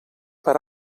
per